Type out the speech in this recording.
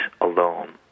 alone